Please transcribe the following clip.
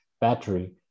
battery